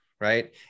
right